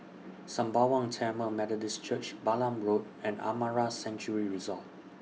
Sembawang Tamil Methodist Church Balam Road and Amara Sanctuary Resort